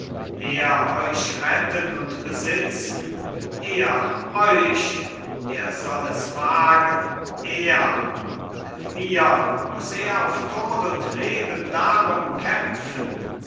er euch retten und besitzen er euch er soll es wagen er mit mir muß er auf tod und leben darum kämpfen